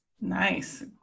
Nice